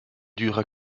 dura